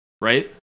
right